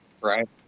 Right